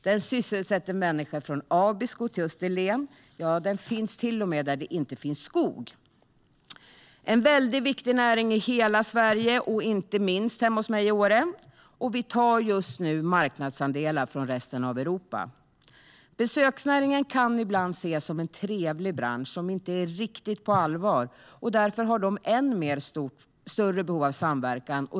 Den sysselsätter människor från Abisko till Österlen - ja, den finns till och med där det inte finns skog. Det är en väldigt viktig näring i hela Sverige, inte minst i min hembygd Åre, och vi tar just nu marknadsandelar från resten av Europa. Besöksnäringen kan ibland ses som en trevlig bransch som inte riktigt är på allvar, och därför har den ett än större behov av samverkan.